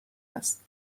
است